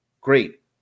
great